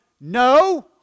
no